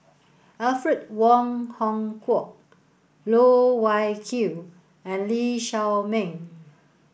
Alfred Wong Hong Kwok Loh Wai Kiew and Lee Shao Meng